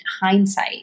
hindsight